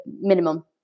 minimum